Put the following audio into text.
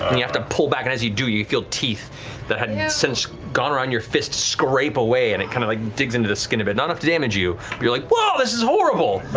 and you have to pull back, and as you do, you feel teeth that had since gone around your fist scrape away, and it kind of like digs into the skin a bit. not enough to damage you, but you're like whoa, this is horrible!